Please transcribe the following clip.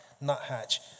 Nuthatch